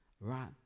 right